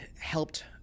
helped